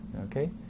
Okay